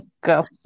Go